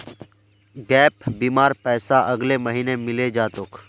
gap बीमार पैसा अगले महीने मिले जा तोक